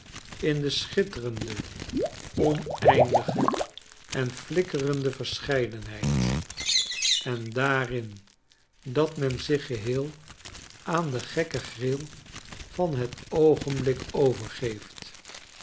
in de schitterende oneindige en flikkerende verscheidenheid en daarin dat men zich geheel aan de gekke gril van het oogenblik overgeeft